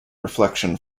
reflection